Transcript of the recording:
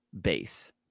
base